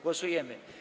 Głosujemy.